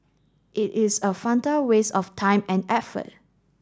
it is a waste of time and effort